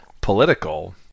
political